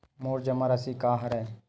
मोर जमा राशि का हरय?